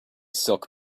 silk